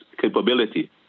capability